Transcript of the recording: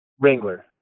Wrangler